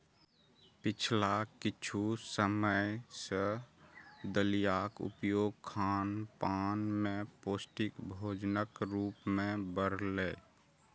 पिछला किछु समय सं दलियाक उपयोग खानपान मे पौष्टिक भोजनक रूप मे बढ़लैए